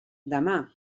demà